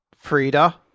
frida